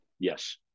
yes